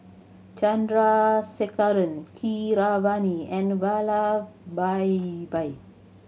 Chandrasekaran Keeravani and Vallabhbhai